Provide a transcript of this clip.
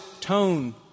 tone